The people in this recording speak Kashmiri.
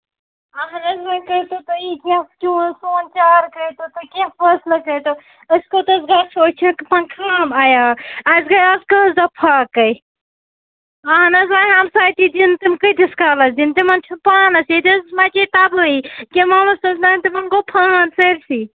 اَہَن حظ وۅنۍ کٔرۍتو تُہۍ کیٚنٛہہ تٮُ۪تھ سون چارٕ کٔرۍتَو تُہۍ کیٚنٛہہ فٲصلہٕ کٔرۍتو أسۍ کوٚت حظ گژھو أسۍ چھِ پٮ۪ٹھٕ خام عیال اَسہِ گٔے اَز کٔژ دۄہ فاقے اَہَن حظ وۅنۍ ہَمسایہِ تہِ دِنۍ تِم کۭتِس کالَس دِنۍ تِمن چھُ پانَس ییٚتہِ حظ مَچاے تَبٲہی تِمو حظ تِمن گوٚو فان سٲرۍسٕے